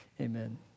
amen